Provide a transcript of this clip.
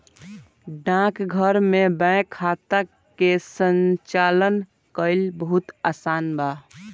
डाकघर में बैंक खाता के संचालन कईल बहुत आसान बा